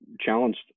challenged